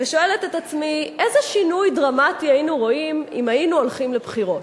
ושואלת את עצמי איזה שינוי דרמטי היינו רואים אם היינו הולכים לבחירות,